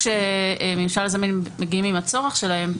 כשממשל זמין מגיעים עם הצורך שלהם,